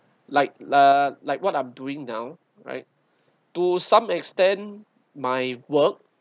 like lah like what I'm doing now right to some extent my work